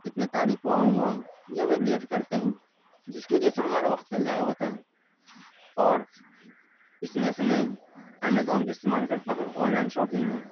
اتنے تاریخ کو آؤں گا یا وہ لیٹ کرتے ہیں جس کی وجہ سے ہمارا وقت ضائع ہوتا ہے اور اس میں سے میں امیزون کا استعمال کرتا ہوں آنلائن شاپنگ میں